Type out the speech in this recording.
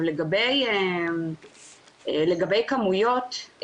לגבי כמויות,